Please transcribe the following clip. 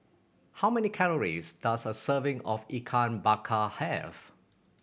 how many calories does a serving of Ikan Bakar have